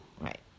Right